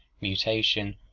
mutation